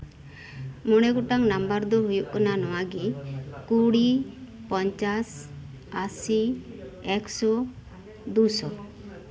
ᱢᱚᱬᱮ ᱜᱚᱴᱟᱝ ᱱᱟᱢᱵᱟᱨ ᱫᱚ ᱦᱩᱭᱩᱜ ᱠᱟᱱᱟ ᱱᱚᱣᱟᱜᱮ ᱠᱩᱲᱤ ᱯᱚᱧᱪᱟᱥ ᱟᱹᱥᱤ ᱮᱠᱥᱳ ᱫᱩᱥᱳ